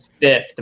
fifth